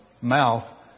mouth